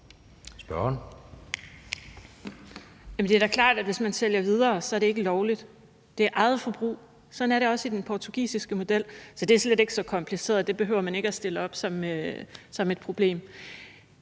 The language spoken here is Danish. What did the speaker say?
Det er da klart, at hvis man sælger videre, er det ikke lovligt. Det handler om eget forbrug, og sådan er det også i den portugisiske model. Så det er slet ikke så kompliceret; det behøver man ikke stille op som et problem.